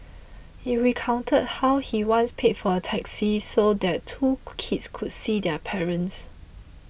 he recounted how he once paid for a taxi so that two kids could see their parents